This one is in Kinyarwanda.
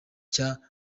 cya